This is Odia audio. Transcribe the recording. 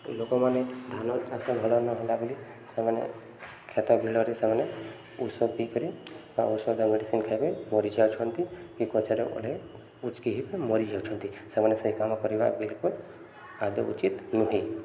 ଲୋକମାନେ ଧାନ ଚାଷ ଭଲ ନହେଲା ବୋଲି ସେମାନେ ଖେତ ବିଲରେ ସେମାନେ ଔଷଧ ପିଇକରି ବା ଔଷଧ ମେଡ଼ିସିନ୍ ଖାଇବି ମରିଯାଉଛନ୍ତି କି ଗଛରେ ଓହଳି ଉଚ୍କି ହେଇକି ମରି ଯାଉଛନ୍ତି ସେମାନେ ସେଇ କାମ କରିବା ବିଲ୍କୁଲ୍ ଆଦୌ ଉଚିତ୍ ନୁହେଁ